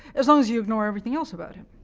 as long as you ignore everything else about him.